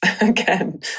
again